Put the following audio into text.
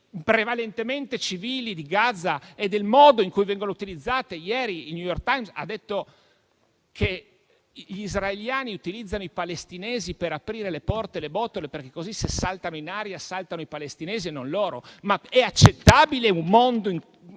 vittime prevalentemente civili di Gaza e il modo in cui vengono utilizzate. Ieri il «New York Times» ha detto che gli israeliani utilizzano i palestinesi per aprire le porte e le botole, perché così, se saltano in aria, saltano i palestinesi e non loro. Ma è accettabile un mondo